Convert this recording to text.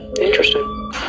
Interesting